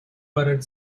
buttered